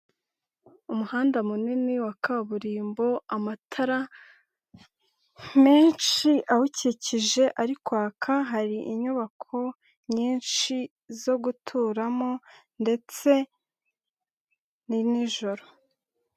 Umuhanda munini wa kaburimbo, amatara menshi awukikije ari kwaka, hari inyubako nyinshi zo guturamo ndetse ni nijoro.